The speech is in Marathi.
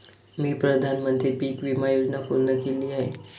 मी प्रधानमंत्री पीक विमा योजना पूर्ण केली आहे